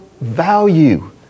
value